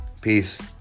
Peace